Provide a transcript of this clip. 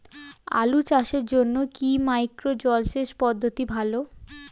আলু চাষের জন্য কি মাইক্রো জলসেচ পদ্ধতি ভালো?